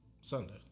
Sunday